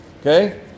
Okay